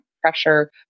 pressure